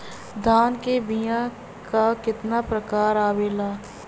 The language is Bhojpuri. धान क बीया क कितना प्रकार आवेला?